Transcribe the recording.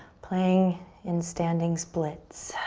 playing in standing splits.